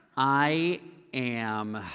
i am